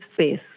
space